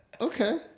Okay